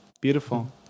Beautiful